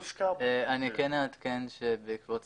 אני כן אעדכן שבעקבות